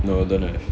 no don't have